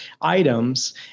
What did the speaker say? items